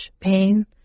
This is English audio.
pain